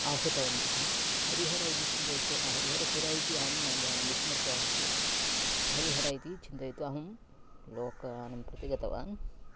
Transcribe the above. आहूतवन्तः हरिहर इति चिन्तयित्वा हरिहरपुरा इति अहं न जानं विस्मृतवान् खलु हरिहर इति चिन्तयित्वा अहं लोकयानं प्रति गतवान्